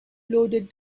loaded